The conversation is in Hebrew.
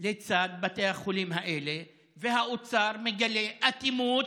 לצד בתי החולים האלה, והאוצר מגלה אטימות